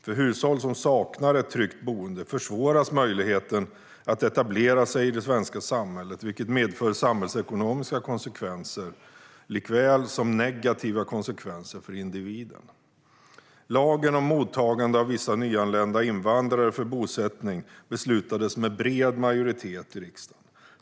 För hushåll som saknar ett tryggt boende försvåras möjligheten att etablera sig i det svenska samhället, vilket medför samhällsekonomiska konsekvenser likväl som negativa konsekvenser för individen. Lagen om mottagande av vissa nyanlända invandrare för bosättning beslutades med bred majoritet i riksdagen.